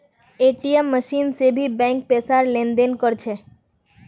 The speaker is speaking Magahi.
ए.टी.एम मशीन से भी बैंक पैसार लेन देन कर छे